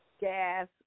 gas